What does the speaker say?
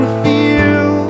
feel